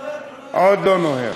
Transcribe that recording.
עוד לא נוהר.